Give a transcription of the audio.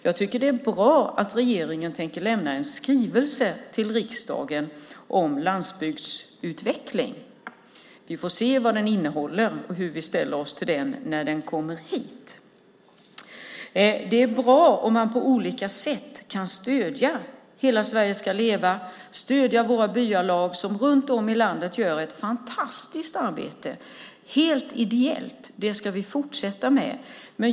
Jag tycker att det är bra att regeringen tänker lämna en skrivelse till riksdagen om landsbygdsutveckling. Vi får se vad den innehåller och hur vi ställer oss till den när den kommer hit. Det är bra om man på olika sätt kan stödja Hela Sverige ska leva och stödja våra byalag som runt om i landet gör ett fantastiskt arbete helt ideellt. Det ska vi fortsätta med.